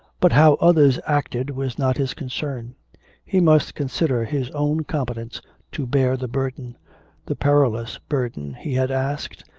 but how others acted was not his concern he must consider his own competence to bear the burden the perilous burden he had asked,